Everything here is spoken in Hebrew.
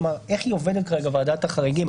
כלומר איך עובדת כרגע ועדת החריגים.